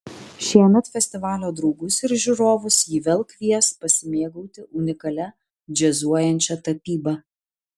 šiemet festivalio draugus ir žiūrovus ji vėl kvies pasimėgauti unikalia džiazuojančia tapyba